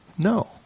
No